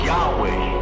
Yahweh